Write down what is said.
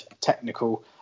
technical